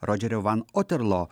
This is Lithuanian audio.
rodžerio van oterlo